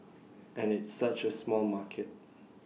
and it's such A small market